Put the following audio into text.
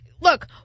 look